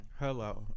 hello